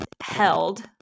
held